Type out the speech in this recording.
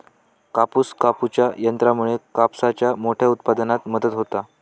कापूस कापूच्या यंत्रामुळे कापसाच्या मोठ्या उत्पादनात मदत होता